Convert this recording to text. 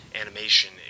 animation